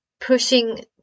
pushing